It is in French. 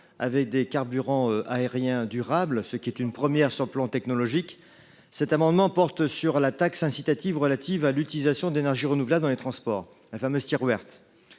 des carburants aériens durables, ce qui est une première sur le plan technologique, cet amendement porte sur la taxe incitative relative à l’utilisation d’énergie renouvelable dans les transports. Cette taxe